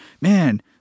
man